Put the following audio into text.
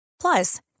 Plus